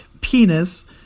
penis